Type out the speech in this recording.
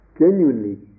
genuinely